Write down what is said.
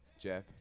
jeff